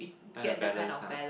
find a balance ah